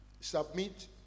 submit